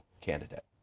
candidate